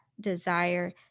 desire